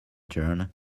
turn